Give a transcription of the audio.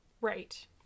Right